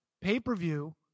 pay-per-view